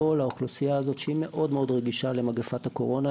האוכלוסייה הזאת שהיא מאוד מאוד רגישה למגפת הקורונה.